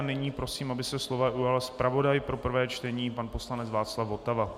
Nyní prosím, aby se slova ujal zpravodaj pro prvé čtení, pan poslanec Václav Votava.